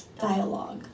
dialogue